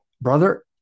Brother